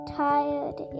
tired